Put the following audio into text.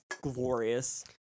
glorious